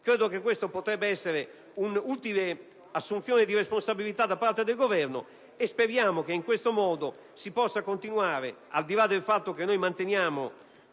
del giorno potrebbe determinare un'utile assunzione di responsabilità da parte del Governo e speriamo che in questo modo si possa continuare, al di là del fatto che noi manteniamo